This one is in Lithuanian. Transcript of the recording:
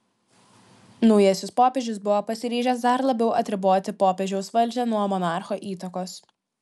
naujasis popiežius buvo pasiryžęs dar labiau atriboti popiežiaus valdžią nuo monarcho įtakos